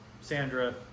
sandra